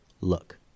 look